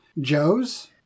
Joe's